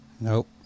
Nope